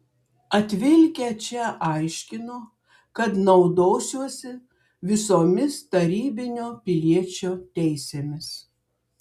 atvilkę čia aiškino kad naudosiuosi visomis tarybinio piliečio teisėmis